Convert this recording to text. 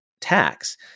tax